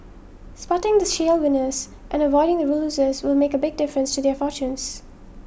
spotting the shale winners and avoiding the losers will make a big difference to their fortunes